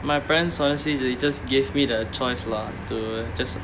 my parents honestly they just gave me the choice lah to just